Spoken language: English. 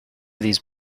these